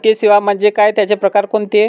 वित्तीय सेवा म्हणजे काय? त्यांचे प्रकार कोणते?